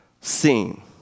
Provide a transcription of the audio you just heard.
seen